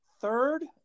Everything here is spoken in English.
Third